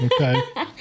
Okay